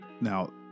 Now